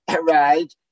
right